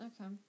Okay